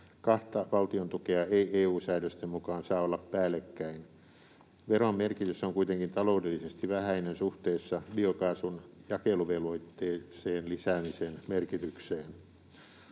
Kahta valtiontukea ei EU-säädösten mukaan saa olla päällekkäin. Veron merkitys on kuitenkin taloudellisesti vähäinen suhteessa biokaasun jakeluvelvoitteeseen lisäämisen merkitykseen.